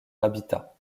habitat